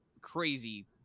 crazy